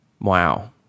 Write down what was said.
wow